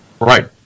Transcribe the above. Right